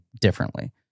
differently